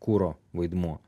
kuro vaidmuo